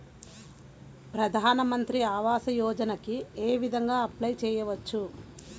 ప్రధాన మంత్రి ఆవాసయోజనకి ఏ విధంగా అప్లే చెయ్యవచ్చు?